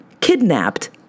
kidnapped